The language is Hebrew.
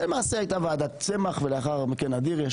זה למעשה הייתה ועדת צמח ולאחר מכן אדירי.